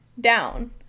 down